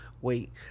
wait